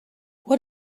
what